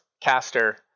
caster